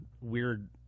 weird